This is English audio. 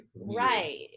right